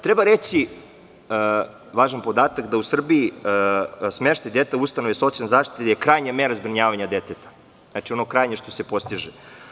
Treba reći važan podatak da je u Srbiji smeštaj deteta u ustanove socijalne zaštite krajnja mera zbrinjavanja deteta, ono krajnje što se postiže.